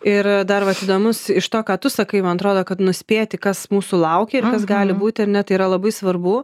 ir dar vat įdomus iš to ką tu sakai man atrodo kad nuspėti kas mūsų laukia ir kas gali būti ar ne tai yra labai svarbu